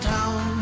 Town